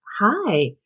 Hi